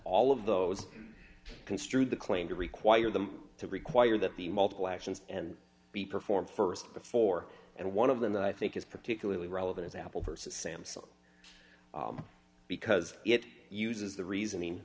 all of those construed the claim to require them to require that the multiple actions and be performed st before and one of them that i think is particularly relevant is apple versus samsung because it uses the reasoning